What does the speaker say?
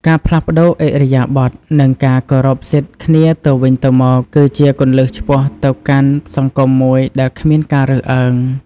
ការផ្លាស់ប្ដូរឥរិយាបថ និងការគោរពសិទ្ធិគ្នាទៅវិញទៅមក គឺជាគន្លឹះឆ្ពោះទៅកាន់សង្គមមួយដែលគ្មានការរើសអើង។